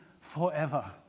forever